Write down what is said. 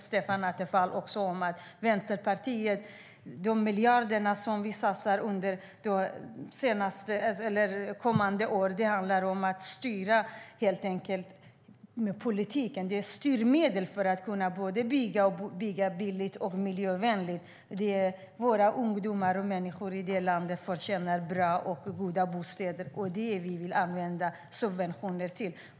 Stefan Attefall vet att de miljarder som vi i Vänsterpartiet vill satsa under kommande år handlar om att styra politiken. Det är styrmedel för att man ska kunna bygga både billigt och miljövänligt. Våra ungdomar och andra i landet förtjänar bra bostäder. Det är det som vi vill använda subventioner till.